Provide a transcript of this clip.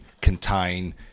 contain